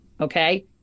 Okay